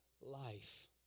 life